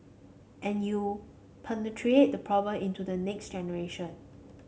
and you perpetuate the problem into the next generation